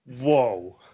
Whoa